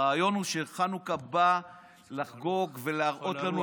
הרעיון הוא שחנוכה בא לחגוג ולהראות לנו,